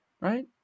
right